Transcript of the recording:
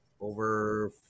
over